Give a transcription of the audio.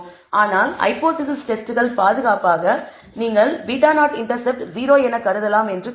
ஆனால் ஹைபோதேசிஸ் டெஸ்ட்கள் பாதுகாப்பாக நீங்கள் β0 இன்டர்செப்ட் 0 என கருதலாம் என்று கூறுகிறது